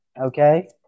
Okay